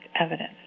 evidence